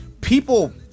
people